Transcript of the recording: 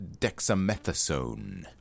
dexamethasone